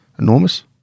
enormous